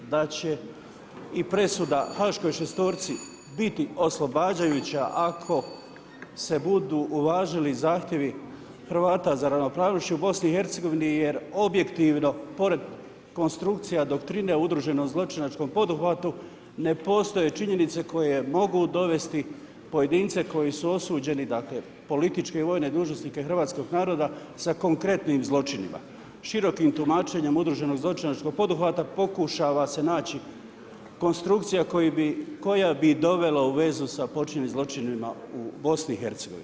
Da će i presuda i haškoj šestorci biti oslobađajuća ako se budu uvažili zahtjevi Hrvata za ravnopravnošću u BIH, jer objektivno, pored konstrukcija doktrine udruženom zločinačkom poduhvatu, ne postoje činjenice koje mogu dovesti pojedince, koji su osuđeni, dakle, političke i vojne dužnosnike hrvatskog naroda sa konkretnim zločinima, širokim tumačenje udruženom zločinačkom poduhvata pokušava se naći konstrukcija koja bi dovela u vezu sa počinjanim zločinima u BIH.